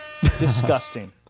Disgusting